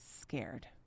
scared